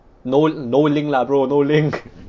no no link lah brother no link